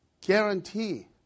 Guarantee